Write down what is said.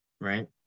Right